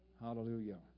Hallelujah